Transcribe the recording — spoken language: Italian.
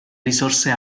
risorse